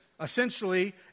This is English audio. essentially